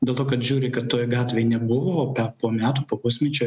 dėl to kad žiūri kad toj gatvėj nebuvo bet po metų po pusmečio